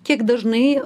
kiek dažnai